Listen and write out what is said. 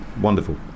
wonderful